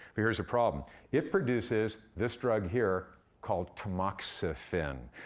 but here's the problem it produces this drug here called tamoxifen.